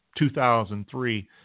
2003